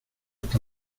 hasta